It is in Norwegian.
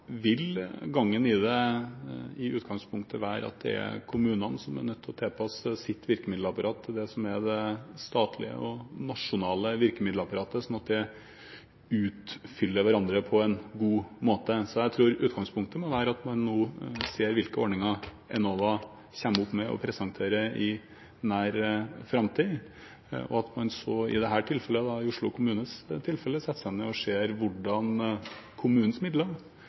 vil gangen i det i utgangspunktet være at det er kommunene som er nødt til å tilpasse sitt virkemiddelapparat til det som er det statlige og nasjonale virkemiddelapparatet, sånn at de utfyller hverandre på en god måte. Så jeg tror utgangspunktet må være at man nå ser på hvilke ordninger Enova kommer med og presenterer i nær framtid, og at man så – i dette tilfellet for Oslo kommunes del – setter seg ned og ser på hvordan kommunens midler